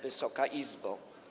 Wysoka Izbo!